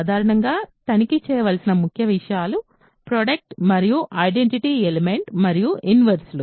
సాధారణంగా తనిఖీ చేయవలసిన ముఖ్య విషయాలు ప్రోడక్ట్ మరియు ఐడెంటిటీ ఎలిమెంట్ మరియు ఇన్వర్స్ లు